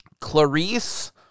Clarice